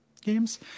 Games